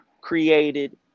created